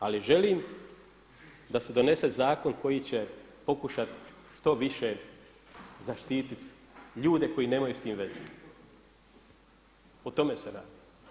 Ali želim da se donese zakon koji će pokušat što više zaštititi ljude koji nemaju s tim veze, o tome se radi.